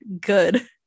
good